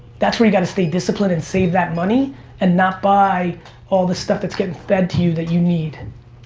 that's where you gotta stay disciplined and save that money and not buy all that stuff that's getting fed to you that you need.